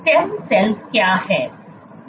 stem cells क्या हैं